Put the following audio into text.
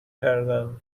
کردن